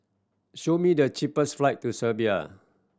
show me the cheapest flight to Serbia